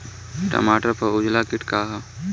टमाटर पर उजला किट का है?